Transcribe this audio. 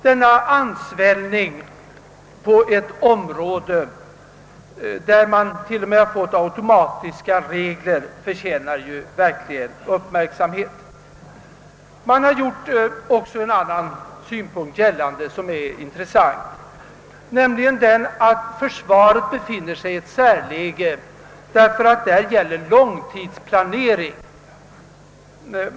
Denna ansvällning på ett område som t.o.m. har fått automatiska ökningsregler för lång tid förtjänar verkligen uppmärksamhet. Också en annan intressant synpunkt har förts fram, nämligen den att försvaret befinner sig i ett särläge, eftersom därvidlag bör gälla långtidsplanering.